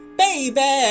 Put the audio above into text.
baby